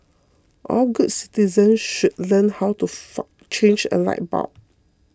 all good citizens should learn how to far change a light bulb